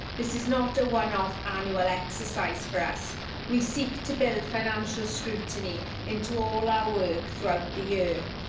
this is not a one-off annual exercise for us we seek to build financial scrutiny into all our work throughout the year.